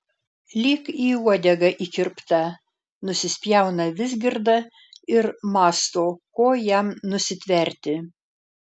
lyg į uodegą įkirpta nusispjauna vizgirda ir mąsto ko jam nusitverti